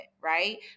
right